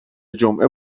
جمعه